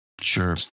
Sure